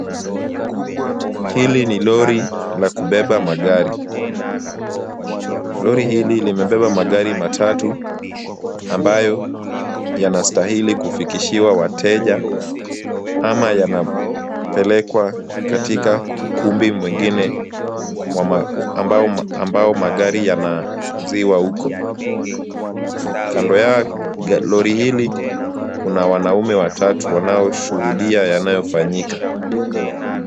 Hili ni lori la kubeba magari, lori hili limebeba magari matatu ambayo yanastahili kufikishiwa wateja, ama yanapelekwa katika ukumbi mwingine ambao magari yanauziwa uko. Kando ya lori hili kuna wanaume watatu wanaoshuhudia yanayofanyika.